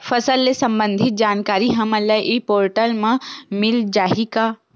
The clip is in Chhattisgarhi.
फसल ले सम्बंधित जानकारी हमन ल ई पोर्टल म मिल जाही का?